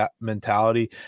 mentality